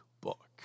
book